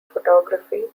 photography